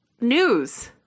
news